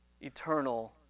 eternal